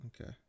Okay